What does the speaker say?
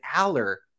aller